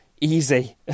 easy